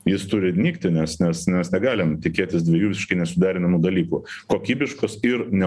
jis turi nykti nes nes nes negalim tikėtis dviejų visiškai nesuderinamų dalykų kokybiškos ir ne